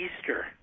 Easter